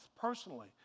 personally